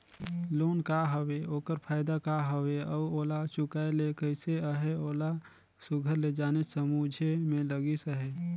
loan का हवे ओकर फएदा का हवे अउ ओला चुकाए ले कइसे अहे ओला सुग्घर ले जाने समुझे में लगिस अहे